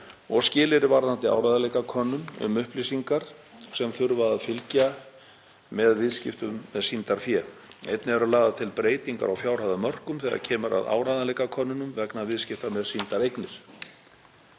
og skilyrði varðandi áreiðanleikakönnun um upplýsingar sem þurfa að fylgja með viðskiptum með sýndarfé. Einnig eru lagðar til breytingar á fjárhæðarmörkum þegar kemur að áreiðanleikakönnunum vegna viðskipta með sýndareignir.